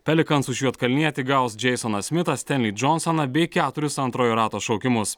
pelikans už juodkalnietį gaus džeisoną smitą stenlį džonsoną bei keturis antrojo rato šaukimus